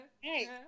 Hey